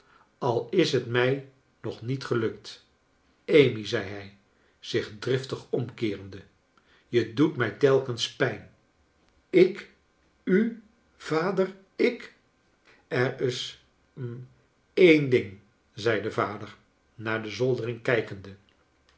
al is het mij nog niet gelukt amy zei hij zich driftig omkeerende je doet mij telkens pijn ik u vader ik er is hm een ding zei de vader naar de zoldering kijkende